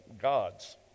gods